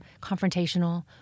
confrontational